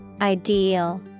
Ideal